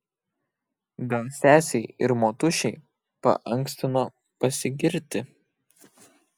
gal sesei ir motušei paankstino pasigirti